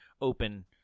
open